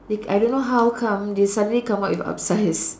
they I don't know how come they suddenly come up with upsize